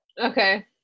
Okay